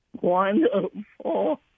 wonderful